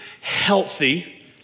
healthy